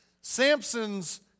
Samson's